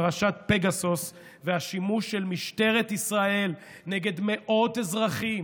פרשת פגסוס והשימוש של משטרת ישראל נגד מאות אזרחים,